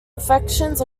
infections